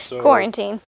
Quarantine